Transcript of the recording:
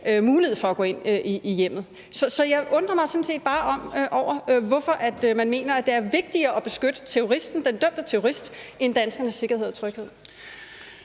mulighed for at gå ind i hjemmet. Så jeg undrer mig sådan set bare over, hvorfor man mener, det er vigtigere at beskytte den dømte terrorist end danskernes sikkerhed og tryghed.